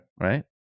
Right